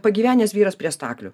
pagyvenęs vyras prie staklių